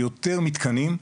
יותר מתקנים,